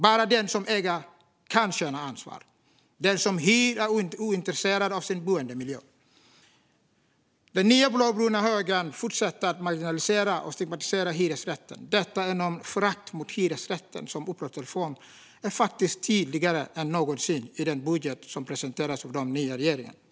Bara den som äger kan känna ansvar - den som hyr är ointresserad av sin boendemiljö. Den nya blåbruna högern fortsätter att marginalisera och stigmatisera hyresrätten. Detta enorma förakt mot hyresrätten som upplåtelseform är faktiskt tydligare än någonsin i den budget som presenterats av den nya regeringen.